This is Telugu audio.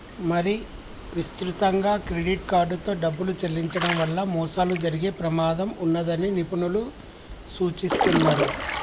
మరీ విస్తృతంగా క్రెడిట్ కార్డుతో డబ్బులు చెల్లించడం వల్ల మోసాలు జరిగే ప్రమాదం ఉన్నదని నిపుణులు సూచిస్తున్నరు